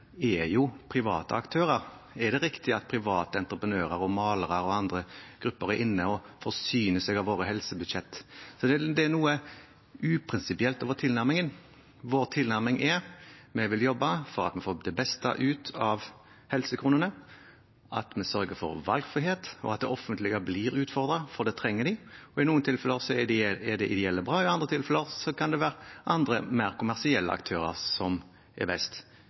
er jo private aktører. Er det riktig at private entreprenører, malere og andre grupper er inne og forsyner seg av våre helsebudsjetter? Det er noe uprinsipielt over tilnærmingen. Vår tilnærming er: Vi vil jobbe for at vi får det beste ut av helsekronene, at vi sørger for valgfrihet, og at det offentlige blir utfordret, for det trenger de. I noen tilfeller er de ideelle bra, i andre tilfeller kan det være andre, mer kommersielle aktører som er best.